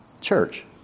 Church